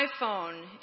iPhone